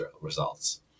results